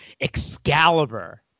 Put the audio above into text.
excalibur